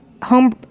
Home